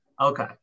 Okay